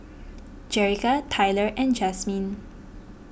Jerica Tyler and Jasmyne